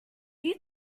you